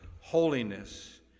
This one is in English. holiness